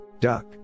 Duck